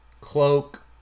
Cloak